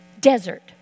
desert